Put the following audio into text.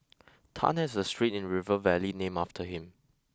Tan has a street in River Valley named after him